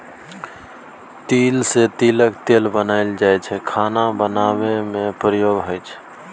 तिल सँ तिलक तेल बनाएल जाइ छै खाना बनेबा मे प्रयोग होइ छै